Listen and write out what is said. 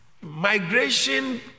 migration